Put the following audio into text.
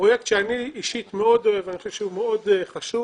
פרויקט שאני אישית מאוד אוהב ואני חושב שהוא מאוד חשוב.